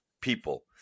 people